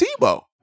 Tebow